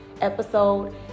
Episode